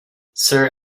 sir